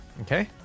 Okay